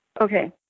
okay